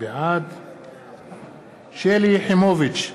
בעד שלי יחימוביץ,